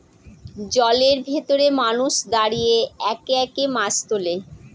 জলের ভেতরে মানুষ দাঁড়িয়ে একে একে মাছ তোলে